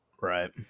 Right